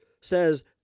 says